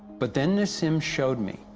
but then, nassim showed me,